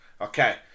Okay